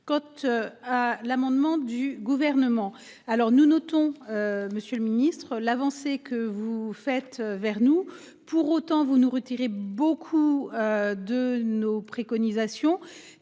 Côte à l'amendement du gouvernement. Alors nous notons. Monsieur le Ministre, l'avancée que vous faites vers nous pour autant vous nous retirer beaucoup. De nos préconisations